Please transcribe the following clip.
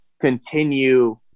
continue